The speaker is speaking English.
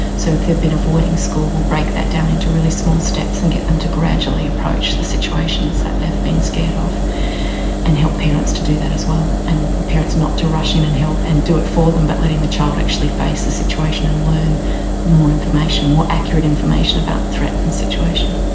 so if they've been avoiding school, we'll break that down into really small steps and get them to gradually approach the situations that they've been scared off and help parents to do that as well, and the parents not to rush in and help and do it for them but letting the child actually face the situation and learn more information, more accurate information about threat and situation.